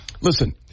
Listen